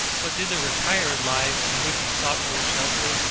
but did the retired life, in which he sought for shelter,